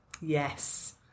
Yes